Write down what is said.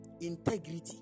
Integrity